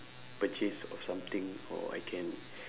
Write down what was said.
purchase of something or I can